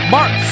Mark